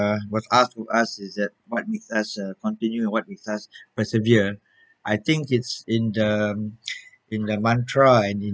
uh was asked to us is that what makes us uh continue and what makes us persevere I think it's in the in the mantra and in